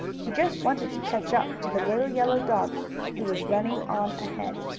he just wanted to catch up to the little yellow dog who was running on ahead.